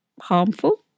Harmful